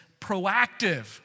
proactive